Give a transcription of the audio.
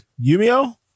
Yumio